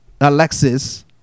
Alexis